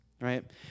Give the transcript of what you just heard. right